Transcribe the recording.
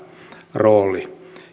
rooli